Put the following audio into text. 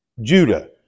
Judah